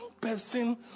person